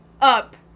up